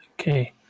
Okay